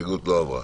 ההסתייגות לא עברה.